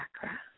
chakra